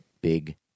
big